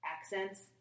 accents